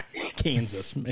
kansas